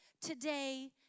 today